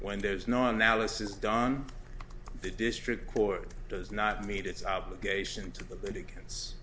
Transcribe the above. when there's no analysis done the district court does not meet its obligation to